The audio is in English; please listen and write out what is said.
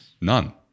None